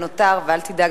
ואל תדאג,